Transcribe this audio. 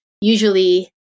usually